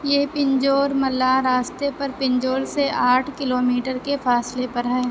یہ پنجور ملاہ راستے پر پنجور سے آٹھ کلو میٹر کے فاصلے پر ہے